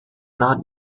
not